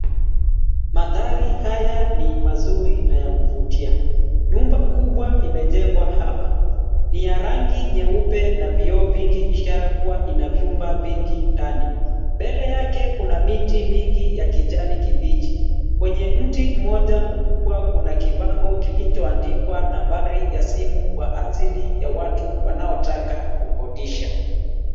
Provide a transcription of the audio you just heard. Magari haya ni mazuri na ya kuvutia. Nyumba kubwa imejengwa hapa ni ya rangi nyeupe na vioo vingi ishara kuwa ina vyumba vingi ndani. Mbele yake kuna miti mingi ya kijani kibichi. Kwenye mti mmoja mkubwa kuna kibango kilichoandikwa nambari ya simu kwa ajili ya watu wanaotaka kukodisha.